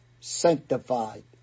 sanctified